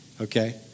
okay